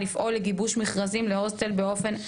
לפעול לגיבוש מכרזים להוסטל באופן עצמאי,